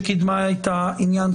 שקידמה את העניין.